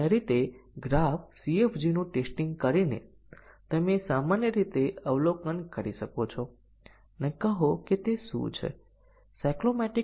આપણે ત્રીજી basic condition ને સાચી અને ખોટી પર સેટ કરી અને આ બંનેને સાચા અને ખોટા રાખીને અને તેથી બ્રાંચ ના પરિણામો ટોગલ કરે છે